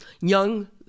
young